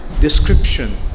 description